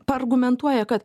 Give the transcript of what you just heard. paargumentuoja kad